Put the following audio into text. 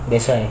that's why